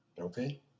Okay